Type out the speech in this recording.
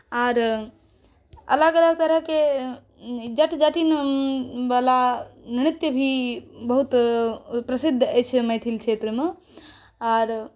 आर अलग अलग तरहके जट जटिन वाला नृत्य भी बहुत प्रसिद्ध अछि मैथिल क्षेत्रमे आर